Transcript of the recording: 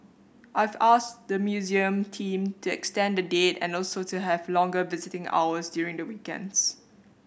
I've asked the museum team to extend the date and also to have longer visiting hours during the weekends